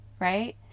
Right